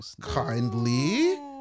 Kindly